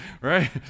right